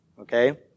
okay